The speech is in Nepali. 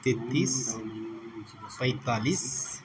तेतिस पैँतालिस